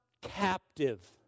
captive